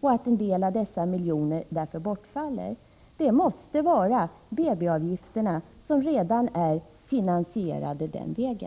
så att en del av dessa 51 miljoner bortfaller. Det måste vara BB-avgifterna som redan är finansierade den vägen.